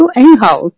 anyhow